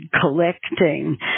collecting